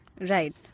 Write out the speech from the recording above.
Right